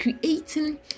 creating